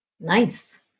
Nice